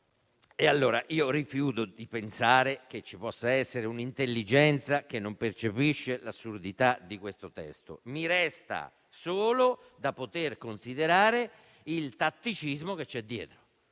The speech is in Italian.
*(FdI)*. Mi rifiuto di pensare che ci possa essere un'intelligenza che non percepisce l'assurdità di questo testo. Mi resta solo da considerare il tatticismo che c'è dietro;